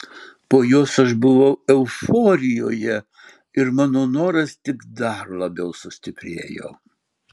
po jos aš buvau euforijoje ir mano noras tik dar labiau sustiprėjo